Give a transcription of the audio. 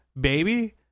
baby